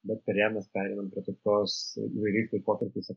bet per ją mes pereinam prie tokios įvairiais laikotarpiais